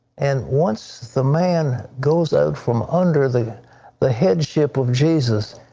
and once the man goes out from under the the head ship of jesus,